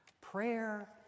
Prayer